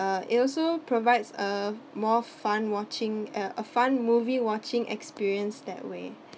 uh it also provides a more fun watching uh a fun movie watching experience that way